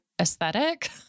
aesthetic